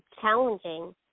challenging